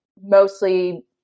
mostly